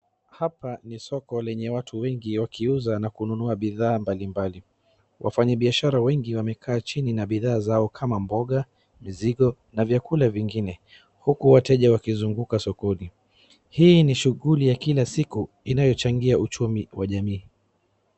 Hapa ni soko lenye watu wengi wakiuza na kununua bidhaa mbalimbali. Wafanyi biashara wengi wamekaa chini na bidhaa zao kama mboga, mizigo na vyakula vingine. Huku wateja wakizunguka sokoni. Hii ni shughuli ya kila siku inayochangia uchumi wa jamii.